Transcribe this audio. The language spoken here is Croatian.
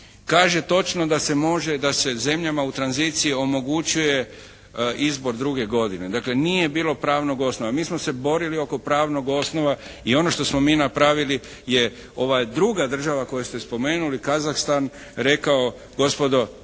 kaže točno da se može, da se zemljama u tranziciji omogućuje izbor druge godine. Dakle nije bilo pravnog osnova. Mi smo se borili oko pravnog osnova i ono što smo mi napravili je ova druga država koju ste spomenuli Kazahstan rekao gospodo